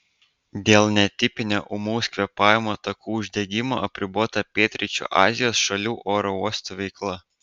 dėl netipinio ūmaus kvėpavimo takų uždegimo apribota pietryčių azijos šalių oro uostų veikla